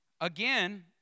Again